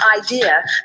idea